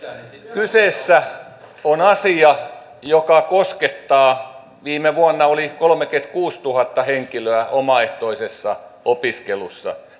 kyseessä on asia joka koskettaa viime vuonna oli kolmekymmentäkuusituhatta henkilöä omaehtoisessa opiskelussa